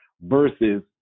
versus